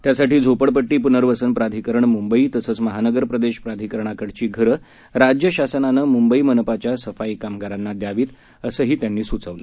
त्यासाठी झोपडपट्टी पुनर्वसन प्राधिकरण मुंबई तसंच महानगर प्रदेश प्राधिकरणाकडची घरं राज्य शासनानं मुंबई मनपाच्या सफाई कामगारांना द्यावीत असंही त्यांनी सुचवलं